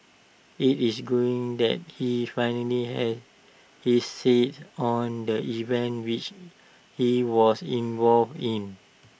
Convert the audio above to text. IT is green that he finally has his said on the events which he was involved in